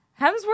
Hemsworth